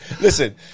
Listen